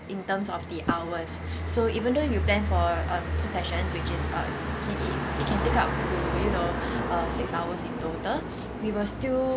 in terms of the hours so even though you plan for um two session which is uh it can take up to you know uh six hours in total we will still